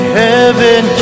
heaven